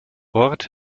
ort